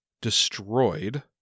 destroyed